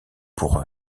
pour